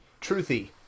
Truthy